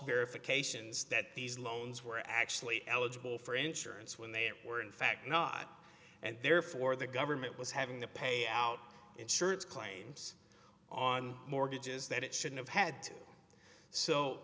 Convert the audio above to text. verifications that these loans were actually eligible for insurance when they were in fact not and therefore the government was having to pay out insurance claims on mortgages that it should have had so